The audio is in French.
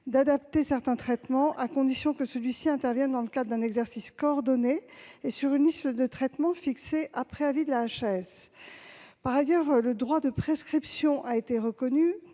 d'adapter certains traitements, à condition qu'il intervienne dans le cadre d'un exercice coordonné et sur une liste de traitements fixée après avis de la HAS. Par ailleurs, le droit de prescription a été reconnu